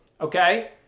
Okay